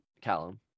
Callum